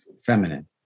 feminine